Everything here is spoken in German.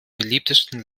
beliebtesten